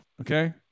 okay